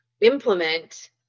implement